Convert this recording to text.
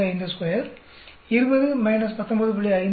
552 20 19